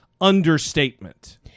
understatement